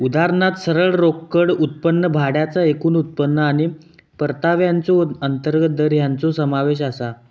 उदाहरणात सरळ रोकड उत्पन्न, भाड्याचा एकूण उत्पन्न आणि परताव्याचो अंतर्गत दर हेंचो समावेश आसा